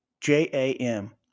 j-a-m